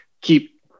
keep